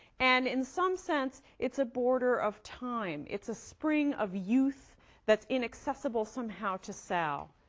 and in some sense it's a border of time. it's a spring of youth that's inaccessible, somehow, to sal,